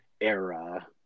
era